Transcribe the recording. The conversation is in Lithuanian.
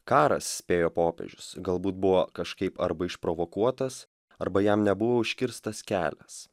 karas spėja popiežius galbūt buvo kažkaip arba išprovokuotas arba jam nebuvo užkirstas kelias